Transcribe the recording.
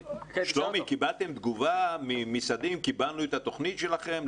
קיבלתם תגובה ממשרדי ממשלה שקיבלו את התוכנית שלכם?